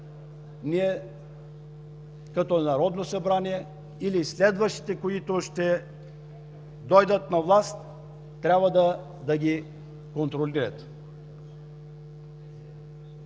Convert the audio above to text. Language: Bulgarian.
ние, като Народно събрание, или следващите, които ще дойдат на власт, трябва да ги контролират.